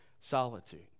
solitude